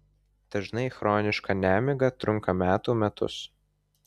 dažnai chroniška nemiga trunka metų metus